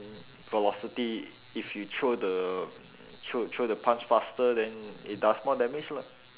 velocity if you throw the throw throw the punch faster then it does more damage lah